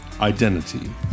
Identity